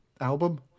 album